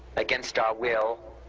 against our will,